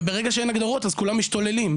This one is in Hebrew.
ברגע שאין הגדרות אז כולם משתוללים,